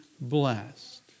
blessed